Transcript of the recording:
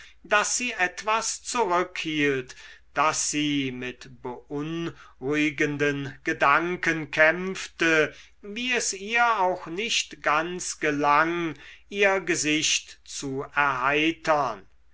daß sie etwas zurückhielt daß sie mit beunruhigenden gedanken kämpfte wie es ihr auch nicht ganz gelang ihr gesicht zu erheitern